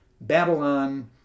Babylon